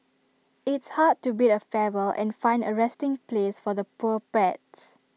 it's hard to bid A farewell and find A resting place for the poor pets